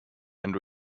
and